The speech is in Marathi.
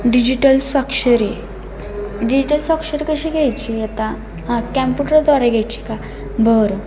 डिजिटल स्वाक्षरी डिजिटल स्वाक्षरी कशी घ्यायची आता हां कॅम्प्युटरद्वारे घ्यायची का बरं